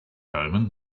omen